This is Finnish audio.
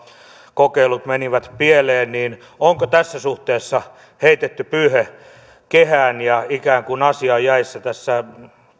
kokeilut menivät pieleen onko tässä suhteessa heitetty pyyhe kehään ja asia on ikään kuin jäissä tässä